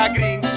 Green